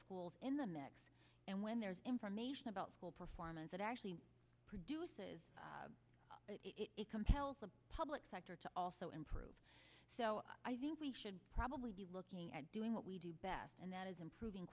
schools in the mix and when there is information about school performance it actually produces it compels the public sector to also improve so i think we should probably be looking at doing what we do best and that is improving